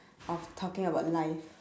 of talking about life